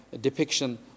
depiction